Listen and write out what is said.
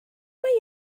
mae